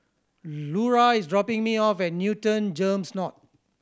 Lura is dropping me off at Newton GEMS North